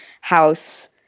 house